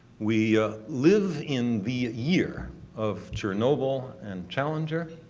we live in the year of chernobyl and challenger.